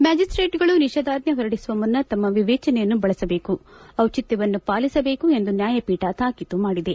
ಮ್ಯಾಜಿಸ್ಸೇಟ್ಗಳು ನಿಷೇಧಾಜ್ಞೆ ಹೊರಡಿಸುವ ಮುನ್ನ ತಮ್ನ ವಿವೇಚನೆಯನ್ನು ಬಳಸಬೇಕು ಔಟಿತ್ಯವನ್ನು ಪಾಲಿಸಬೇಕು ಎಂದು ನ್ನಾಯಪೀಠ ತಾಕೀತು ಮಾಡಿದೆ